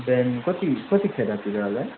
बिहान कति कतिखेरतिर होला